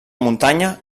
muntanya